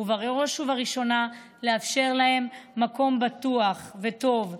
ובראש ובראשונה לאפשר להם מקום בטוח וטוב.